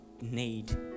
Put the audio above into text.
need